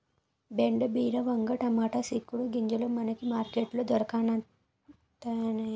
బెండ బీర వంగ టమాటా సిక్కుడు గింజలు మనకి మార్కెట్ లో దొరకతన్నేయి